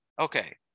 Okay